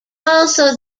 also